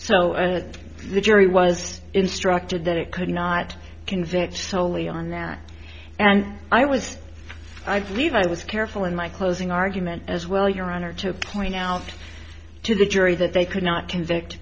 so the jury was instructed that it could not convict solely on that and i was i believe i was careful in my closing argument as well your honor to point out to the jury that they could not convict